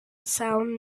sound